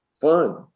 fun